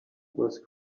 was